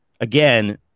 again